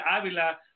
Avila